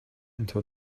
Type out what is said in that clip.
until